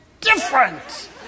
different